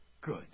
good